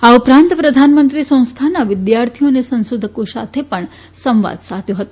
આ ઉ રાંત પ્રધાનમંત્રીએ સંસ્થાના વિદ્યાર્થીઓ તથા સંશોધકો સાથે ણ સંવાદ સાધ્યો હતો